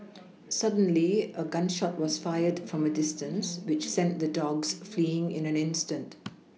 suddenly a gun shot was fired from a distance which sent the dogs fleeing in an instant